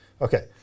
Okay